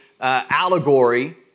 allegory